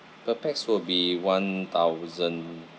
per pax will be one thousand